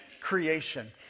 creation